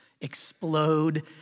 explode